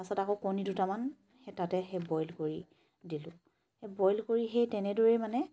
পাছত আকৌ কণী দুটামান সেই তাতে সেই বইল কৰি দিলো সেই বইল কৰি সেই তেনেদৰেই মানে